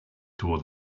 toward